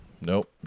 Nope